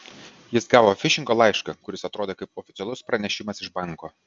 jis gavo fišingo laišką kuris atrodė kaip oficialus pranešimas iš banko